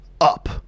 up